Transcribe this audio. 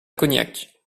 cognac